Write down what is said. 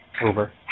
over